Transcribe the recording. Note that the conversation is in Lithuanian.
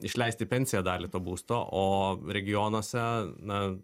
išleisti į pensiją dalį būsto o regionuose na